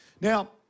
Now